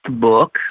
book